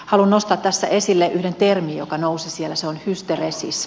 haluan nostaa tässä esille yhden termin joka nousi siellä se on hysteresis